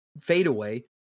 fadeaway